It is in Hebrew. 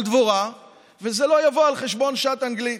דבורה וזה לא יבוא על חשבון שעת אנגלית.